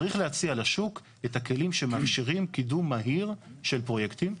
צריך להציע לשוק את הכלים שמאפשרים קידום מהיר של פרויקטים.